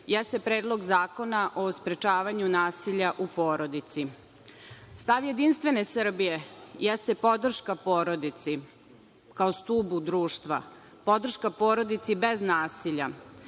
jeste Predlog zakona o sprečavanju nasilja u porodici. Stav JS jeste podrška porodici kao stupu društva. Podrška porodici bez nasilja